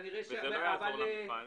זה לא יעזור למפעל.